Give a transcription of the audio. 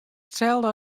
itselde